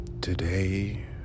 today